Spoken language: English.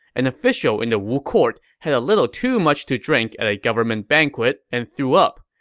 an official in the wu court had a little too much to drink at a government banquet and threw up.